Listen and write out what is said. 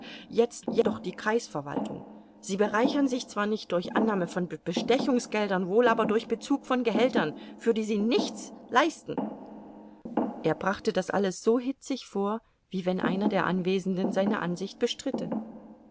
jetzt jedoch die kreisverwaltung sie bereichern sich zwar nicht durch annahme von bestechungsgeldern wohl aber durch bezug von gehältern für die sie nichts leisten er brachte das alles so hitzig vor wie wenn einer der anwesenden seine ansicht bestritte